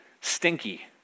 stinky